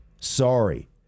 Sorry